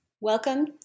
Welcome